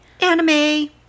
Anime